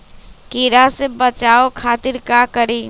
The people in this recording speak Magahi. कीरा से बचाओ खातिर का करी?